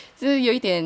yeah